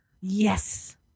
Yes